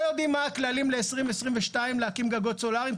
יודעים מה הכללים ל-2022 להקים גגות סולאריים,